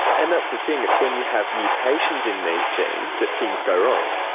and that's the thing, it's when you have mutations in these genes that things go wrong.